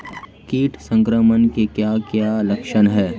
कीट संक्रमण के क्या क्या लक्षण हैं?